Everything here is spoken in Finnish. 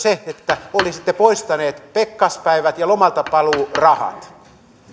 sitä että olisitte poistaneet pekkaspäivät ja lomaltapaluurahat